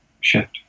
shift